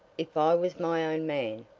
if i was my own man,